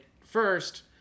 first